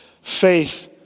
faith